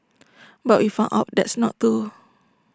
but we found out that's not true